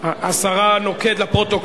לא עברה.